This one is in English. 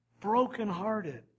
brokenhearted